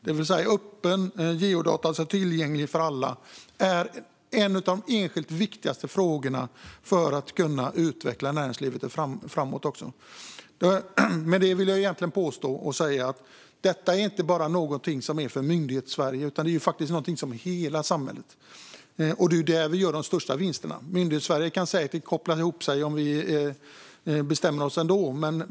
Att öppna geodata ska vara tillgängliga för alla är en av de enskilt viktigaste frågorna för att kunna utveckla näringslivet framåt. Med det vill jag egentligen påstå att detta inte bara är något för Myndighetssverige utan för hela samhället. Det är där vi gör de största vinsterna. Myndighetssverige kan säkert koppla ihop sig om vi ändå bestämmer oss för det.